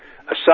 aside